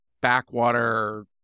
backwater